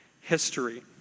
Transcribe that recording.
history